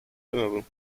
ändern